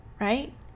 right